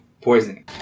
poisoning